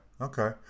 okay